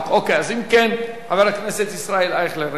אם כן, חבר הכנסת ישראל אייכלר, איננו.